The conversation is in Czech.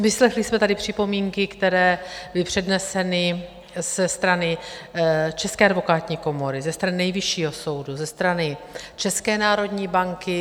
Vyslechli jsme tady připomínky, které byly předneseny ze strany České advokátní komory, ze strany Nejvyššího soudu, ze strany České národní banky.